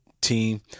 team